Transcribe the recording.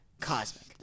Cosmic